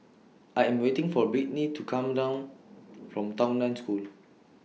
I Am waiting For Brittnee to Come down from Tao NAN School